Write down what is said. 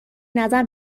نظر